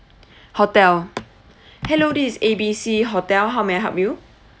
hotel hello this is A B C hotel how may I help you